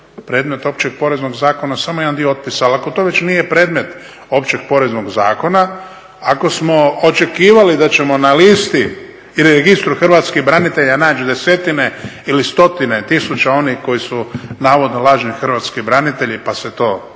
Predmet Općeg poreznog zakona je samo jedan dio otpisa. Ali ako to već nije predmet Općeg poreznog zakona, ako smo očekivali da ćemo na listi ili Registru hrvatskih branitelja naći desetine ili stotine tisuća onih koji su navodno lažni hrvatski branitelji pa se to nije